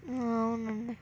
అవునండి